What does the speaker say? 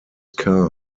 car